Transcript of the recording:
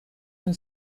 con